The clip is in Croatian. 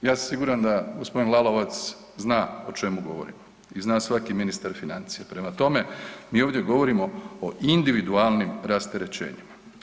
Ja sam siguran da gospodin Lalovac zna o čemu govorim i zna svaki ministar financija, prema tome, mi ovdje govorimo o individualnim rasterećenima.